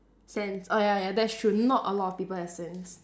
sense oh ya ya that's true not a lot of people have sense